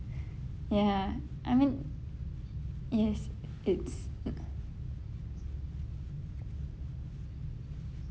ya I mean yes it's